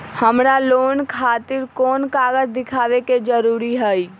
हमरा लोन खतिर कोन कागज दिखावे के जरूरी हई?